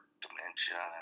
dementia